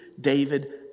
David